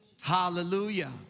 Hallelujah